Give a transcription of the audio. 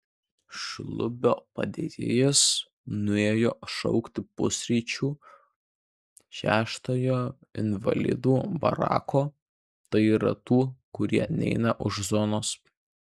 šlubio padėjėjas nuėjo šaukti pusryčių šeštojo invalidų barako tai yra tų kurie neina už zonos